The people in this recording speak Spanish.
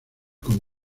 con